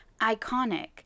iconic